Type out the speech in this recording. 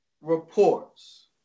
reports